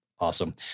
Awesome